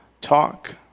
talk